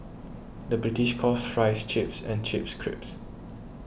the British calls Fries Chips and Chips Crisps